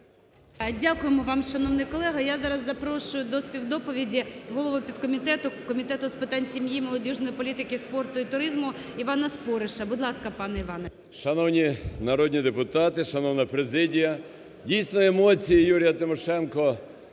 Дякуємо вам, шановний колего. Я зараз запрошую до співдоповіді голову підкомітету Комітету з питань сім'ї, молодіжної політики, спорту і туризму Івана Спориша. Будь ласка, пане Іване. 11:37:10 СПОРИШ І.Д. Шановні народні депутати! Шановна президія! Дійсно, емоції Юрія Тимошенко